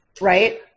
right